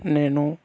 నేను